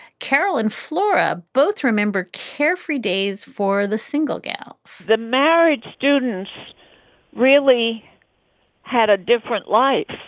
carolyn flora both remembered carefree days for the single gal the marriage students really had a different life.